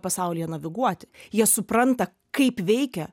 pasaulyje naviguoti jie supranta kaip veikia